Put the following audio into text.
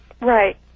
Right